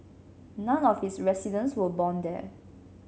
none of its residents were born there